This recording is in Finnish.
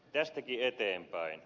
tästäkin eteenpäin